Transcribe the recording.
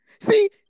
See